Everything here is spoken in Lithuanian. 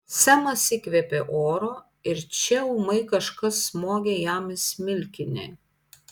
semas įkvėpė oro ir čia ūmai kažkas smogė jam į smilkinį